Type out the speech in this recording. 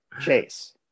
chase